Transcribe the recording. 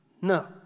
No